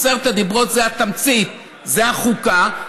עשרת הדיברות זה התמצית, זה החוקה.